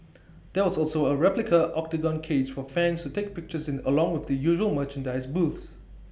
there was also A replica Octagon cage for fans to take pictures in along with the usual merchandise booths